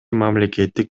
мамлекеттик